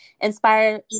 inspire